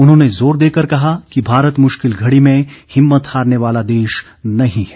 उन्होंने जोर देकर कहा कि भारत मुश्किल घड़ी में हिम्मत हारने वाला देश नहीं है